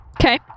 Okay